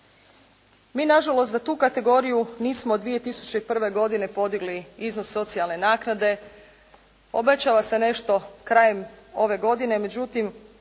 Mi nažalost za tu kategoriju nismo 2001. godine podigli iznos socijalne naknade, obećalo se nešto krajem ove godine, no, međutim,